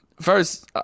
first